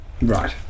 right